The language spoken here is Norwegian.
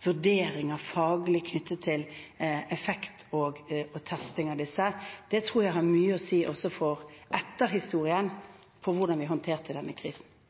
faglige vurderinger knyttet til effekt og testing av disse. Det tror jeg har mye å si også for etterhistorien om hvordan vi håndterte denne krisen.